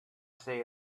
say